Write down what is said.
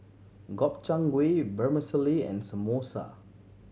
Gobchang Gui Vermicelli and Samosa